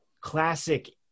classic